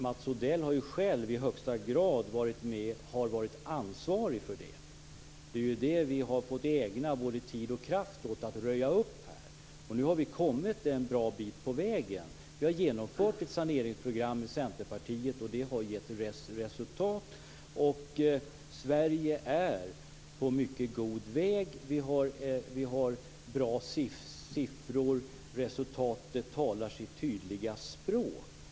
Mats Odell har i högsta grad varit ansvarig för detta. Vi har fått ägna både tid och kraft för att röja upp. Nu har vi kommit en bra bit på vägen. Vi har genomfört ett saneringsprogram tillsammans med Centerpartiet. Det har gett resultat. Sverige är på mycket god väg. Siffrorna är bra. Resultatet talar sitt tydliga språk.